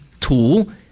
tool